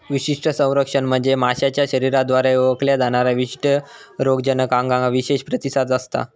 विशिष्ट संरक्षण म्हणजे माशाच्या शरीराद्वारे ओळखल्या जाणाऱ्या विशिष्ट रोगजनकांका विशेष प्रतिसाद असता